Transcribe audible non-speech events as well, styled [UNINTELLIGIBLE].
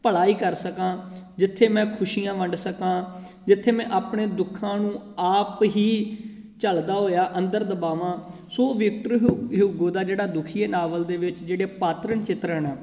ਭਲਾ ਹੀ ਕਰ ਸਕਾਂ ਜਿੱਥੇ ਮੈਂ ਖੁਸ਼ੀਆਂ ਵੰਡ ਸਕਾਂ ਜਿੱਥੇ ਮੈਂ ਆਪਣੇ ਦੁੱਖਾਂ ਨੂੰ ਆਪ ਹੀ ਝਲਦਾ ਹੋਇਆ ਅੰਦਰ ਦਬਾਵਾਂ ਸੋ ਵਿਕਟਰੋ [UNINTELLIGIBLE] ਦਾ ਜਿਹੜਾ ਦੁਖੀਏ ਨਾਵਲ ਦੇ ਵਿੱਚ ਜਿਹੜੇ ਪਾਤਰਨ ਚਿੱਤਰਨ ਆ